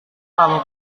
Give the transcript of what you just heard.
kamu